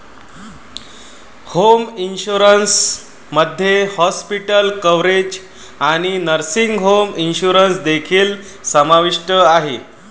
home insurance मध्ये hospital coverage आणि nursing home insurance देखील समाविष्ट आहे